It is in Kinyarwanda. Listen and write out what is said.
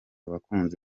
abakunzi